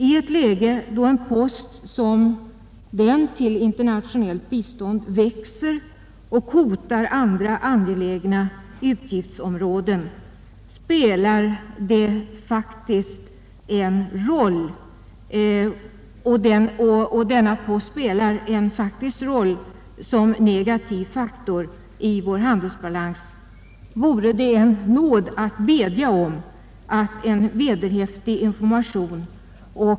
I ett läge, då en post som den till internationellt bistånd växer och hotar andra angelägna utgiftsområden och faktiskt spelar en roll som negativ faktor i vår handelsbalans, vore det en nåd att bedja om att få vederhäftig information.